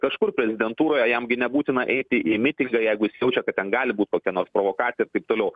kažkur prezidentūroje jam gi nebūtina eiti į mitingą jeigu jis jaučia kad gali būti kokia nors provokacija taip toliau